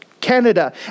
Canada